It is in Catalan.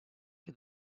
que